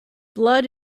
blood